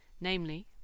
namely